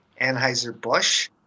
Anheuser-Busch